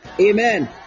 Amen